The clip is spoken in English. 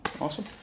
Awesome